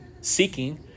seeking